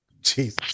Jesus